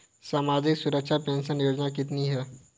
सामाजिक सुरक्षा पेंशन योजना कितनी हैं?